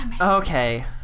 Okay